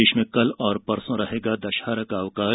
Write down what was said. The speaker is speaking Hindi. प्रदेश में कल और परसो रहेगा दशहरा का अवकाश